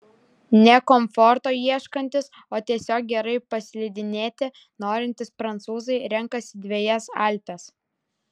ne komforto ieškantys o tiesiog gerai paslidinėti norintys prancūzai renkasi dvejas alpes